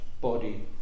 body